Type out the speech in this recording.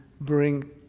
bring